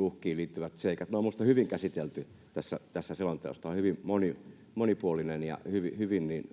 uhkiin liittyvät seikat. Niitä on minusta hyvin käsitelty tässä selonteossa. Tämä on hyvin monipuolinen ja hyvin